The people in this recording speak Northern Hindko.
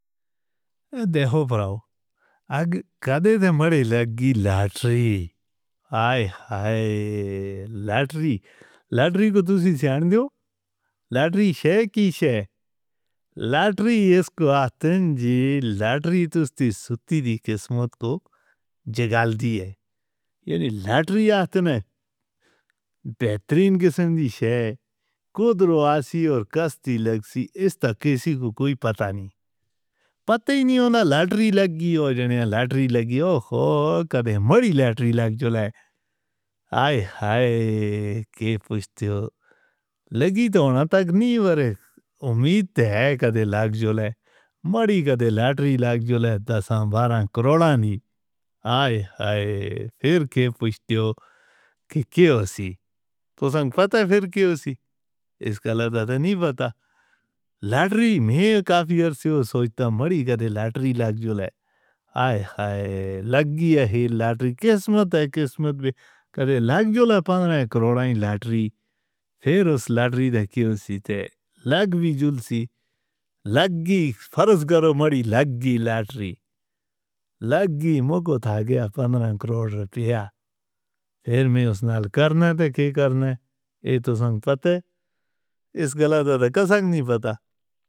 دیکھو بھراو، اگھ کدے تمہری لگ گی لاتری؟ آئے ہائے، لاتری کو تسی سیاں دیو؟ لاتری شے کی شے؟ لاتری اس کو آستے جی؟ لاتری تسی ستتی دی قسمت تو جگال دی ہے؟ یعنی لاتری آستے نے؟ بہترین قسم دی شے؟ کو درواسی اور کس دی لگسی؟ اس تا کسے کو کوئی پتا نہیں؟ پتا ہی نہیں ہونا؟ لاتری لگی ہو جانے ہیں! لاتری لگی ہو، کبھی مری لاتری لگ جولا ہے؟ آئے ہائے، کی پوچھتے ہو؟ لگی تو ہونا تک نہیں ورے! امید تے ہے کبھی لگ جولا ہے۔ مری کبھی لاتری لگ جولا ہے! دساں باراں کروڑاں نہیں! آئے ہائے، پھر کی پوچھتے ہو کہ کیا ہو سی؟ تسنگ پتا ہے، پھر کیا ہو سی؟ اس گالہ دادا نہیں پتا! لاتری میں کافی عرصے سوچتا، مری کبھی لاتری لگ جولا ہے؟ آئے ہائے، لگی ہے یہ لاتری! قسمت ہے، قسمت بھی کبھی لگ جولا ہے! پندرہ کروڑاں لاتری! پھر اس لاتری دا کیا ہو سی تے؟ لگ وی جول سی! لگی فرض کرو مری لگی، لاتری لگی مکو تھا گیا پندرہ کروڑ رپیہ! پھر میں اسنال کرنا تے کیا کرنا ہے؟ یہ تسنگ پتا ہے! اس گالہ دادا کسے کو نہیں پتا!